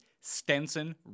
Stenson